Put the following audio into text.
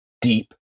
deep